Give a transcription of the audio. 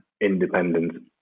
independence